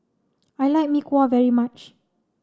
I like Mee Kuah very much